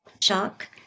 Shock